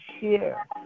share